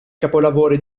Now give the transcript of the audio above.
capolavori